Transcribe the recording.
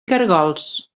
caragols